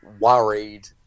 worried